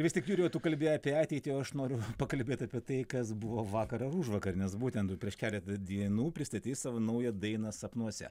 vis tik jurijau tu kalbi apie ateitį o aš noriu pakalbėt apie tai kas buvo vakar ar užvakar nes būtent prieš keletą dienų pristatei savo naują dainą sapnuose